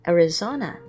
Arizona